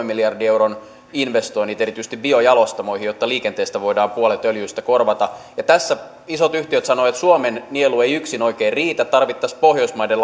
miljardin euron investoinnit erityisesti biojalostamoihin jotta liikenteessä voidaan puolet öljystä korvata tässä isot yhtiöt sanovat että suomen nielu ei yksin oikein riitä tarvittaisiin pohjoismaiden